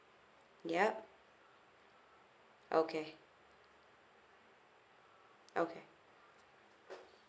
yup okay okay